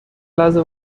لحظه